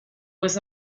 was